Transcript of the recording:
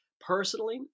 personally